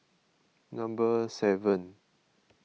number seven